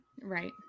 right